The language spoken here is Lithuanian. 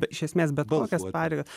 iš esmės bet kokias pareigas